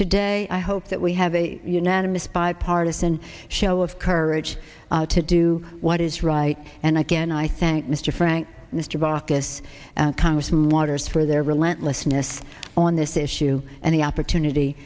today i hope that we have a unanimous bipartisan show of courage to do what is right and again i thank mr frank mr baucus congressman waters for their relentlessness on this issue and the opportunity